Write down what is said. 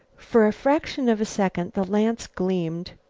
for a fraction of a second the lance gleamed.